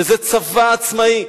שזה צבא עצמאי.